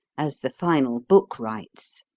as the final book rights.